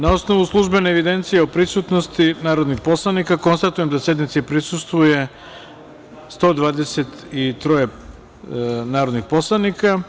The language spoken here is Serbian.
Na osnovu službene evidencije o prisutnosti narodnih poslanika, konstatujem da sednici prisustvuje 123 narodna poslanika.